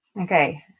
Okay